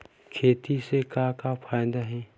खेती से का का फ़ायदा हे?